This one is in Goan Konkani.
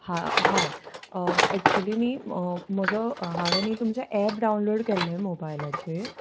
हा हाय एक्च्युली न्ही म्हजो हांवें न्ही तुमचे एप डावनलोड केल्ले मोबायलाचेर